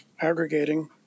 aggregating